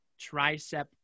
tricep